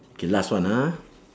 K last one ah